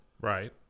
Right